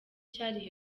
cyari